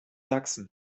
sachsen